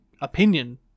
opinion